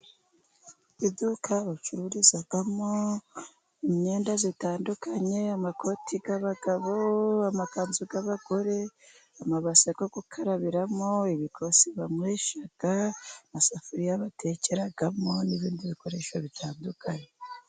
Iduka bacururizamo imyenda itandukanye, amakoti y'abagabo, amakanzu y'abagore, amabase yo gukarabiramo, ibikosi banywesha, amasafuriya batekeramo n'ibindi bikoresho bitandukanye.